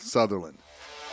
Sutherland